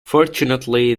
fortunately